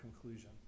conclusion